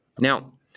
Now